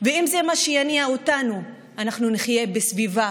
ואם זה מה שיניע אותנו, אנחנו נחיה בסביבה